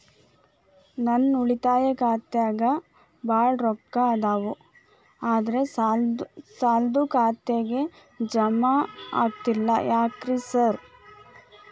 ನನ್ ಉಳಿತಾಯ ಖಾತ್ಯಾಗ ಬಾಳ್ ರೊಕ್ಕಾ ಅದಾವ ಆದ್ರೆ ಸಾಲ್ದ ಖಾತೆಗೆ ಜಮಾ ಆಗ್ತಿಲ್ಲ ಯಾಕ್ರೇ ಸಾರ್?